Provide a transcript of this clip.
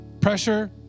pressure